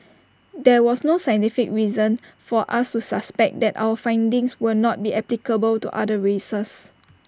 there was no scientific reason for us to suspect that our findings will not be applicable to other races